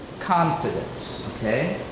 confidence, okay.